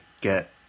get